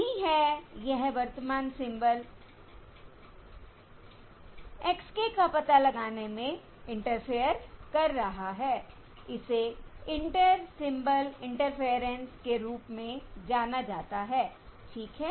यही है यह वर्तमान सिंबल x k का पता लगाने में इंटरफेयर कर रहा है इसे इंटर सिंबल इंटरफेयरेंस के रूप में जाना जाता है ठीक है